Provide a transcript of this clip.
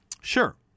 Sure